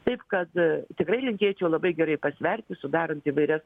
taip kad tikrai linkėčiau labai gerai pasverti sudarant įvairias